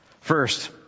First